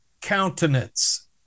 countenance